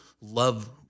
love